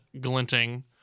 glinting